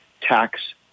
tax